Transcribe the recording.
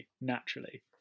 naturally